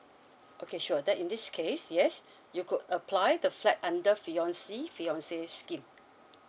okay sure that in this case yes you could apply the flat under fiancee fiance scheme